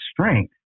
strength